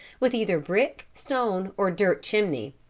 with either brick, stone, or dirt chimney.